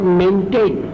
maintain